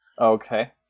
okay